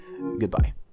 Goodbye